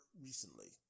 recently